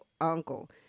uncle